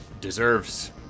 deserves